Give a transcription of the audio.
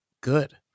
good